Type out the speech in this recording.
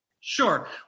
Sure